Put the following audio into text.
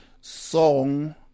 song